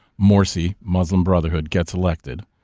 morsi, muslim brotherhood gets elected.